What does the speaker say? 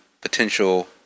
potential